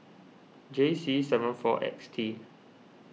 J C seven four X T